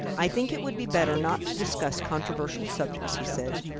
i think it would be better not to discuss controversial subjects, he said.